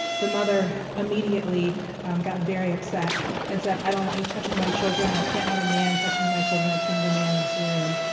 the mother immediately got very upset and said, i don't want you touching my children. i can't have a man touching my children. i can't have a man in this room,